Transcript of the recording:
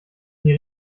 die